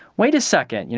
wait a second,